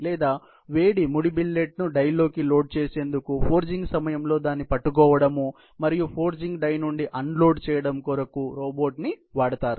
లేదా వేడి ముడి బిల్లెట్ను డైలోకి లోడ్ చేసేందుకు ఫోర్జింగ్ సమయంలో దాన్ని పట్టుకోవడం మరియు ఫోర్జింగ్ డై నుండి అన్లోడ్ చేయడం కొరకు రోబోట్ ని వాడతారు